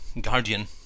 guardian